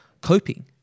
coping